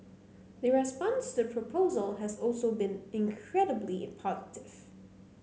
the response to the proposal has also been incredibly positive